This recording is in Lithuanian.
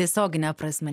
tiesiogine prasme